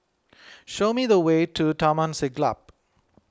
show me the way to Taman Siglap